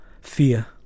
fear